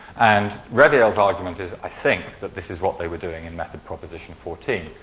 and reviel's argument is i think that this is what they were doing in method proposition fourteen.